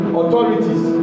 authorities